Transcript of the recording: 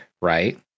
right